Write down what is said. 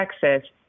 Texas